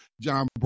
John